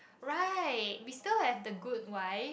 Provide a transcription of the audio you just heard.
right we still have the good wife